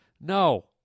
No